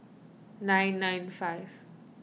nine nine five